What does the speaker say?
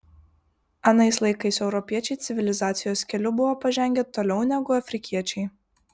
anais laikais europiečiai civilizacijos keliu buvo pažengę toliau negu afrikiečiai